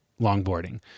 longboarding